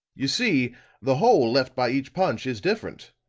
you see the hole left by each punch is different.